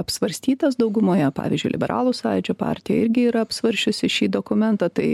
apsvarstytas daugumoje pavyzdžiui liberalų sąjūdžio partija irgi yra apsvarsčiusi šį dokumentą tai